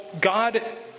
God